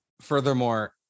furthermore